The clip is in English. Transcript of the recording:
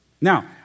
Now